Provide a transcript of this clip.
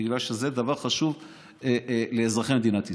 בגלל שזה דבר חשוב לאזרחי מדינת ישראל.